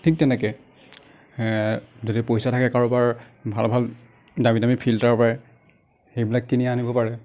ঠিক তেনেকৈ যদি পইচা থাকে কাৰোবাৰ ভাল ভাল দামী দামী ফিল্টাৰ পায় সেইবিলাক কিনি আনিব পাৰে